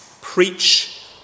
Preach